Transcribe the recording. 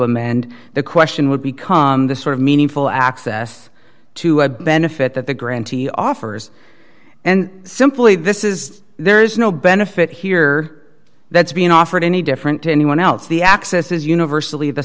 him and the question would become the sort of meaningful access to a benefit that the grantee offers and simply this is there is no benefit here that's being offered any different to anyone else the access is universally the